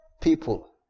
people